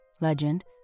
legend